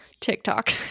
TikTok